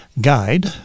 guide